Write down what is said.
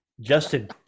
Justin